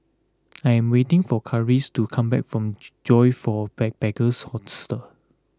I am waiting for Karis to come back from Joyfor Backpackers' Hostel